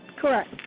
Correct